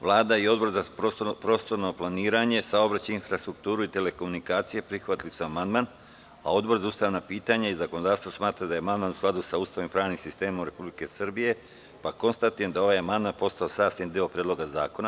Vlada i Odbor za prostorno planiranje, saobraćaj, infrastrukturu i telekomunikacije prihvatili su amandman, a Odbor za ustavna pitanja i zakonodavstvo smatra da je amandman u skladu sa Ustavom i pravnim sistemom Republike Srbije, pa konstatujem da je ovaj amandman postao sastavni deo Predloga zakona.